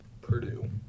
Purdue